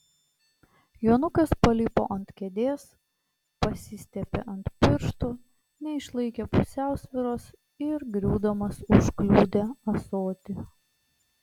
jonukas palipo ant kėdės pasistiepė ant pirštų neišlaikė pusiausvyros ir griūdamas užkliudė ąsotį